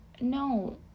No